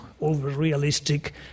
over-realistic